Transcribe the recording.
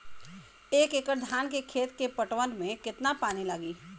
एक एकड़ धान के खेत के पटवन मे कितना पानी लागि?